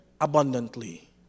abundantly